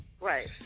Right